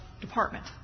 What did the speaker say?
department